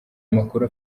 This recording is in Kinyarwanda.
makuru